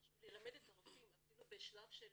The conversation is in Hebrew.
חשוב ללמד את הרופאים אפילו בשלב של